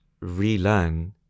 relearn